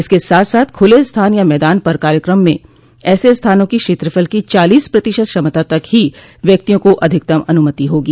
इसके साथ साथ खुले स्थान या मैदान पर कार्यक्रम में ऐसे स्थानों की क्षेत्रफल की चालीस प्रतिशत क्षमता तक ही व्यक्तियों को अधिकतम अनुमति होगी